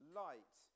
light